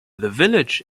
village